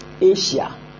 Asia